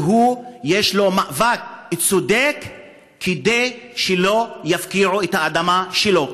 כי יש לו מאבק צודק כדי שלא יפקיעו את האדמה שלו.